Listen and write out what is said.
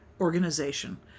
organization